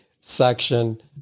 section